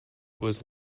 was